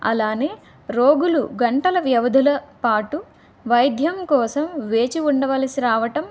అలానే రోగులు గంటల వ్యవధుల పాటు వైద్యం కోసం వేచి ఉండవలసి రావటం